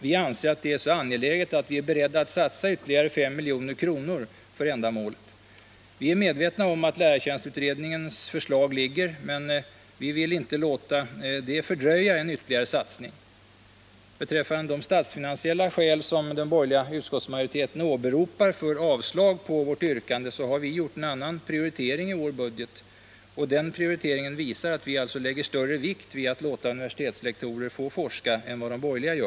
Vi anser detta så angeläget att vi är beredda att satsa ytterligare 5 milj.kr. för ändamålet. Vi är medvetna om att lärartjänstutredningens förslag ligger, men vi vill inte låta detta fördröja en ytterligare satsning. Beträffande de statsfinansiella skäl som den borgerliga utskottsmajoriteten åberopar för avslag på vårt yrkande har vi gjort en annan prioritering i vår budget. Den visar att vi lägger större vikt än de borgerliga gör vid att låta universitetslektorer få forska.